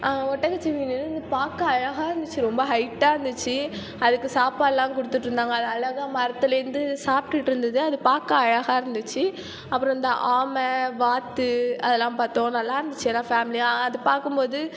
ஒட்டகச்சிவிங்கி இருந்து பார்க்க அழகாக இருந்துச்சு ரொம்ப ஹைட்டாக இருந்துச்சு அதுக்கு சாப்பாடுலாம் கொடுத்துட்டு இருந்தாங்க அது அழகாக மரத்திலிருந்து சாப்பிட்டுட்டு இருந்தது அது பார்க்க அழகாக இருந்துச்சு அப்பறம் இந்த ஆமை வாத்து அதெல்லாம் பார்த்தோம் நல்லா இருந்துச்சு எல்லாம் ஃபேமிலியாக அது பார்க்கும்போது